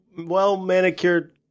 well-manicured